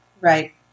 right